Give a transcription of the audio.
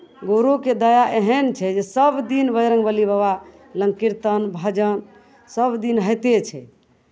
गुरुके दया एहन छै जे सभदिन बजरङ्गबली बाबा लग कीर्तन भजन सभदिन होइते छै